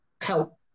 help